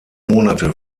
monate